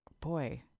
boy